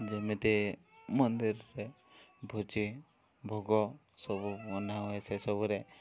ଯେମିତି ମନ୍ଦିରରେ ଭୋଜି ଭୋଗ ସବୁ ବନା ହୁଏ ସେସବୁରେ